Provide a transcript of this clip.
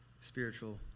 spiritual